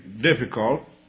difficult